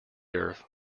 earth